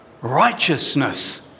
righteousness